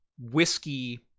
whiskey